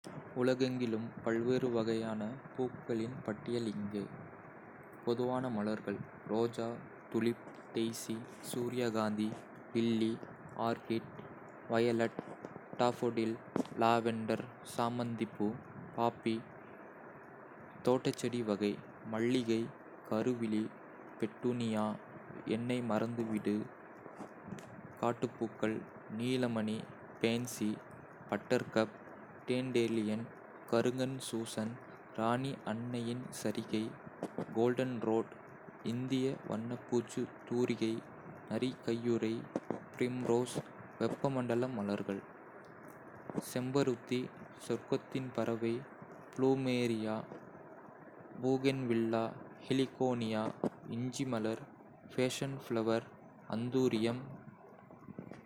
உலகெங்கிலும் உள்ள பல்வேறு வகையான பூக்களின் பட்டியல் இங்கே. பொதுவான மலர்கள், ரோஜா, துலிப், டெய்சி. சூரியகாந்தி, lily, orchid, violet. Daffodil, lavender, சாமந்திப்பூ, பாப்பி. தோட்ட செடி வகை, மல்லிகை, கருவிழி. பெட்டூனியா, என்னை மறந்துவிடு, காட்டுப்பூக்கள். நீலமணி, பேன்சி, பட்டர்கப், டேன்டேலியன். கருங்கண் சூசன், ராணி அன்னேயின் சரிகை, கோல்டன்ரோட். இந்திய வண்ணப்பூச்சு தூரிகை, நரி கையுறை, ப்ரிம்ரோஸ், வெப்பமண்டல மலர்கள். செம்பருத்தி, சொர்க்கத்தின் பறவை, ப்ளூமேரியா. பூகேன்வில்லா, ஹெலிகோனியா, இஞ்சி மலர், பேஷன்ஃப்ளவர், அந்தூரியம்.